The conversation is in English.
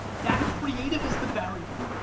that creative is the variable.